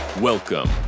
Welcome